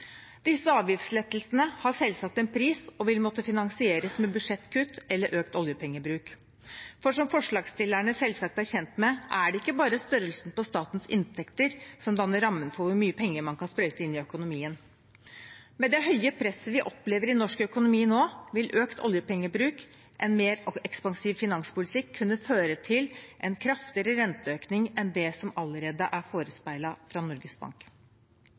Disse avgiftslettelsene har selvsagt en pris og vil måtte finansieres med budsjettkutt eller økt oljepengebruk. Som forslagsstillerne selvsagt er kjent med, er det ikke bare størrelsen på statens inntekter som danner rammen for hvor mye penger man kan sprøyte inn i økonomien. Med det høye presset vi opplever i norsk økonomi nå, vil økt oljepengebruk, en mer ekspansiv finanspolitikk kunne føre til en kraftigere renteøkning enn det som allerede er forespeilet fra Norges Bank.